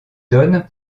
donne